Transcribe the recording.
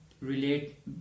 relate